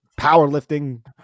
powerlifting